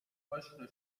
آشنا